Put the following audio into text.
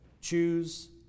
choose